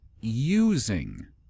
using